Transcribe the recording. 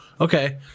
Okay